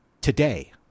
today